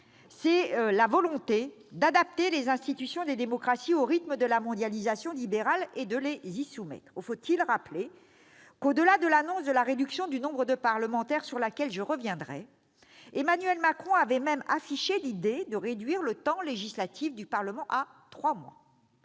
vérité, la volonté est d'adapter les institutions des démocraties au rythme de la mondialisation libérale et de les y soumettre. Faut-il rappeler que, au-delà de l'annonce de la réduction du nombre de parlementaires- sur laquelle je reviendrai -, Emmanuel Macron avait même affiché l'idée de réduire le temps législatif du Parlement à trois mois